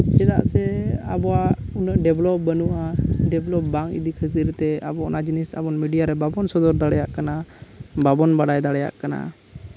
ᱪᱮᱫᱟᱜ ᱥᱮ ᱟᱵᱚᱣᱟᱜ ᱩᱱᱟᱹᱜ ᱰᱮᱵᱷᱞᱚᱯ ᱵᱟᱹᱱᱩᱜᱼᱟ ᱰᱮᱵᱷᱞᱚᱯ ᱵᱟᱝ ᱤᱫᱤ ᱠᱷᱟᱹᱛᱤᱨ ᱛᱮ ᱟᱵᱚ ᱚᱱᱟ ᱡᱤᱱᱤᱥ ᱟᱵᱚ ᱢᱤᱰᱤᱭᱟ ᱨᱮ ᱵᱟᱵᱚᱱ ᱥᱚᱫᱚᱨ ᱫᱟᱲᱮᱭᱟᱜ ᱠᱟᱱᱟ ᱵᱟᱵᱚᱱ ᱵᱟᱲᱟᱭ ᱫᱟᱲᱮᱭᱟᱜ ᱠᱟᱱᱟ